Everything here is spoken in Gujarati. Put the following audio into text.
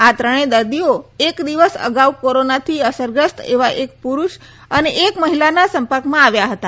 આ ત્રણેય દર્દીઓ એક દિવસ અગાઉ કોરોનાથી અસરગ્રસ્ત એવા એક પુરુષ અને એક મહિલાના સંપર્કમાં આવ્યા હતા